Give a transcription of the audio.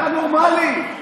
אתה נורמלי?